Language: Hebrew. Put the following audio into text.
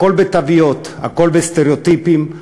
הכול בתוויות, הכול בסטריאוטיפים,